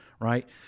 Right